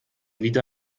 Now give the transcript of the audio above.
wieder